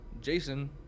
Jason